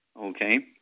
okay